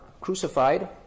crucified